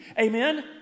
Amen